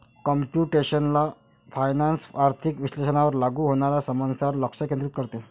computational finance आर्थिक विश्लेषणावर लागू होणाऱ्या समस्यांवर लक्ष केंद्रित करते